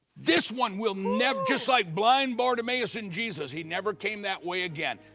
this one will never just like blind bartimaeus and jesus, he never came that way again.